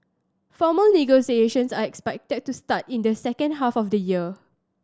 formal negotiations are expected to start in the second half of the year